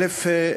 א.